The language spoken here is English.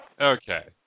Okay